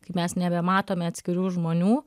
kai mes nebematome atskirų žmonių